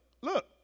look